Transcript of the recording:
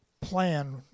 plan